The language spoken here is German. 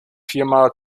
firma